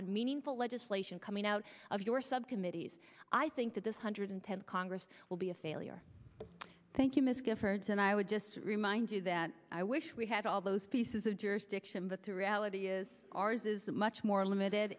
and meaningful legislation coming out of your subcommittees i think that this hundred tenth congress will be a failure thank you miss giffords and i would just remind you that i wish we had all those pieces of jurisdiction but the reality is ours is much more limited